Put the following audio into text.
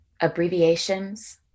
Abbreviations